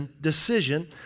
decision